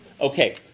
Okay